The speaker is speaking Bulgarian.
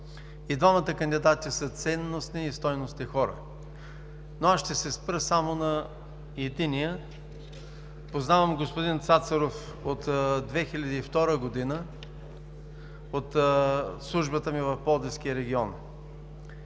И двамата кандидати са ценностни и стойностни хора, но аз ще се спра само на единия. Познавам господин Цацаров от 2002 г. – от службата ми в Пловдивския регион.